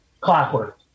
clockwork